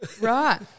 Right